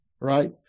right